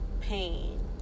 pain